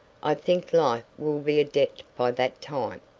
i think life will be a debt by that time.